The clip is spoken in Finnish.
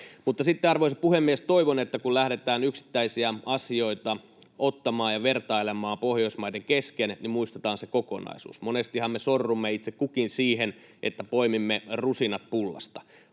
arvoisa puhemies, toivon, että kun lähdetään yksittäisiä asioita ottamaan ja vertailemaan Pohjoismaiden kesken, niin muistetaan se kokonaisuus. Monestihan me sorrumme itse kukin siihen, että poimimme rusinat pullasta.